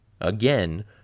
Again